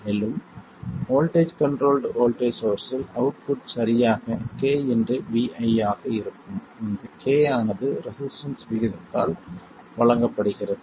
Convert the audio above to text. மேலும் voltage controlled voltage சோர்ஸ்ஸில் output சரியாக k Vi ஆக இருக்கும் இந்த k ஆனது ரெசிஸ்டன்ஸ் விகிதத்தால் வழங்கப்படுகிறது